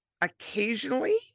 Occasionally